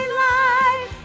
life